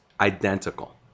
identical